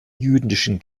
jüdischen